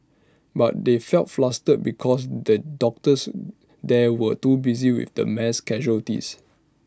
but they felt flustered because the doctors there were too busy with the mass casualties